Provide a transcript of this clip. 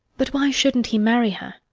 but why shouldn't he marry her?